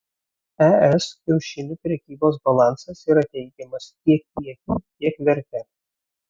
es kiaušinių prekybos balansas yra teigiamas tiek kiekiu tiek verte